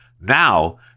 now